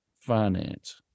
finance